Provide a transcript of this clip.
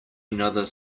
another